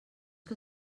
que